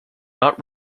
not